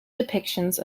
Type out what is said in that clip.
depictions